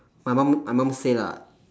my mum my mum say lah